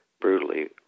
brutally